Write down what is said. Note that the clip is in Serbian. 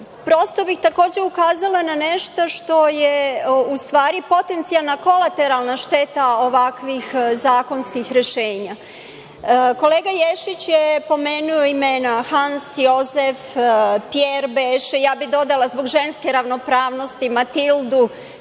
Prosto bih, takođe ukazala na nešto što je u stvari potencijalna kolateralna šteta ovakvih zakonskih rešenja. Kolega Ješić je pomenuo imena Hans, Jozef, Pjer, ja bih dodala zbog ženske ravnopravnosti Matildu,